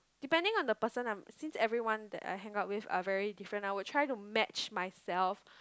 depending on the person lah since everyone that I hangout with are very different I would try to match myself